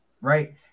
right